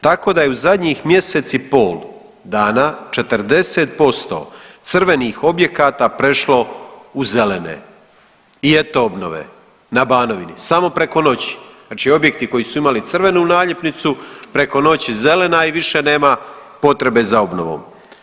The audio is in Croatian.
Tako da je u zadnjih mjesec i pol dana 40% crvenih objekata prešlo u zelene i eto obnove na Banovini samo preko noći, znači objekti koji su imali crvenu naljepnicu preko noći zelena i više nema potrebe za obnovom.